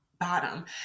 bottom